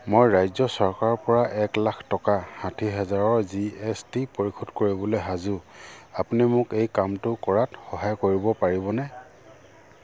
মই ৰাজ্য চৰকাৰৰপৰা এক লাখ টকা ষাঠি হাজাৰৰ জি এছ টি পৰিশোধ কৰিবলৈ সাজু আপুনি মোক এই কামটো কৰাত সহায় কৰিব পাৰিবনে